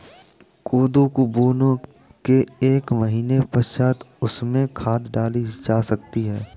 कोदो को बोने के एक महीने पश्चात उसमें खाद डाली जा सकती है